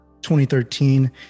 2013